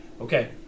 Okay